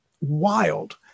wild